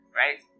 right